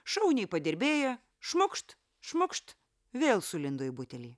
šauniai padirbėję šmukšt šmukšt vėl sulindo į butelį